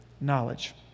knowledge